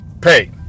pay